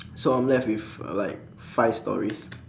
so I'm left with uh like five stories